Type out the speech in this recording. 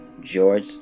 George